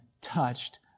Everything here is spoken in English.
touched